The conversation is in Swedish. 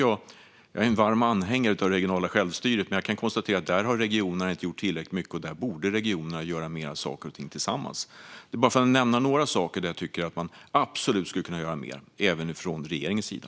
Jag är en varm anhängare av det regionala självstyret, men här har regionerna inte gjort tillräckligt mycket och borde därför göra mer tillsammans. Nu har jag nämnt några saker där man absolut kan göra mer, även från regeringens sida.